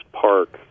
park